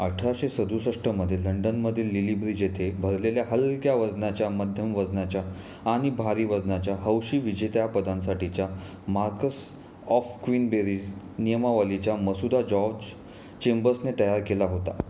अठराशे सदुसष्टमध्ये लंडनमधील लिली ब्रिज येथे भरलेल्या हलक्या वजनाच्या मध्यम वजनाच्या आणि भारी वजनाच्या हौशी विजेत्या पदांसाठीच्या मार्कस ऑफ क्विनबेरीज नियमावलीच्या मसूदा जॉर्ज चेंबर्सने तयार केला होता